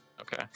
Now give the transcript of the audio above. Okay